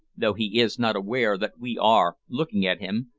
though he is not aware that we are looking at him,